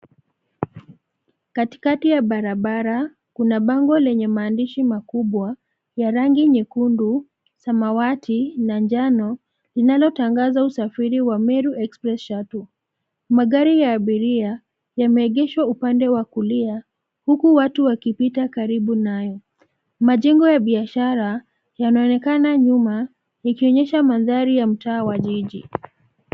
Katikati ya barabara, kuna bango lenye maandishi makubwa ya rangi nyekundu, samawati na njano linalotangaza usafiri wa Meru Express Shuttle. Magari ya abiria yameegeshwa upande wa kulia huku watu wakipita karibu nayo. Majengo ya biashara yanaonekana nyuma ikionyesha mandhari ya mtaa wa jiji.